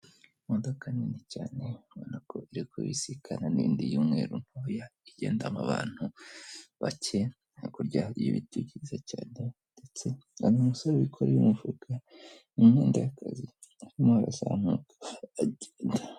Imodoka nini cyane ubona ko iri kubisikana n'indi y'umweru ntoya igendamo abantu bake, hakurya hari ibiti byiza cyane, ndetse hari umusore wikoreye umufuka n'imyenda y'akazi, arimo arazamuka agenda.